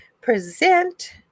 present